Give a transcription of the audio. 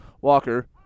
Walker